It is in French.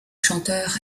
chanteur